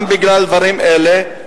גם בגלל דברים אלה,